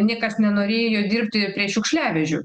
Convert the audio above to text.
niekas nenorėjo dirbti prie šiukšliavežių